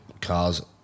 cars